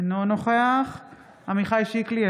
אינו נוכח עמיחי שיקלי,